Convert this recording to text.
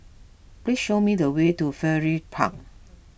please show me the way to Firefly Park